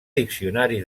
diccionari